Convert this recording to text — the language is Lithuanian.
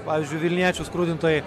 pavyzdžiui vilniečių skrudintojai